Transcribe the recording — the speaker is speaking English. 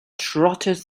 trotted